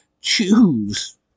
choose